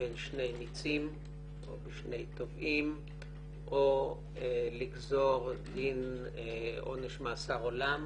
בין שני ניצים או בין שני תובעים או לגזור מין עונש מאסר עולם